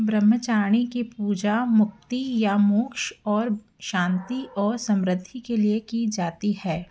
ब्रह्मचारिणी की पूजा मुक्ति या मोक्ष और शांति और समृद्धि के लिए की जाती है